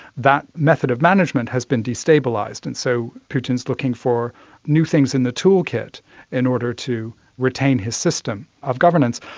that method of management has been destabilised, and so putin is looking for new things in the toolkit in order to retain his system of governance.